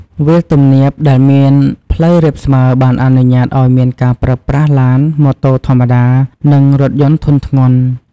វាលទំនាបដែលមានផ្លូវរាបស្មើបានអនុញ្ញាតឱ្យមានការប្រើប្រាស់ឡាន ម៉ូតូធម្មតា និងរថយន្តធុនធ្ងន់។